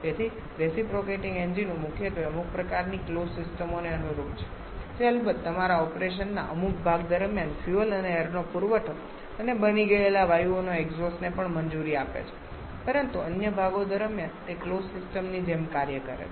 તેથી રેસીપ્રોકેટીંગ એન્જિનો મુખ્યત્વે અમુક પ્રકારની ક્લોઝ સિસ્ટમોને અનુરૂપ છે જે અલબત્ત તમારા ઓપરેશનના અમુક ભાગ દરમિયાન ફ્યુઅલ અને એઈરનો પુરવઠો અને બળી ગયેલા વાયુઓના એક્ઝોસ્ટ ને પણ મંજૂરી આપે છે પરંતુ અન્ય ભાગો દરમિયાન તે ક્લોઝ સિસ્ટમની જેમ કાર્ય કરે છે